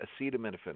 acetaminophen